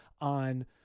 on